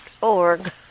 org